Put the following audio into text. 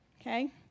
Okay